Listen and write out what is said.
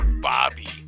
Bobby